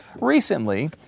recently